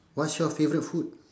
what's is your favourite food